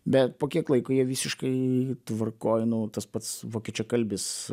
bet po kiek laiko jie visiškai tvarkoj nu tas pats vokiečiakalbis